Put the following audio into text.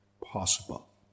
possible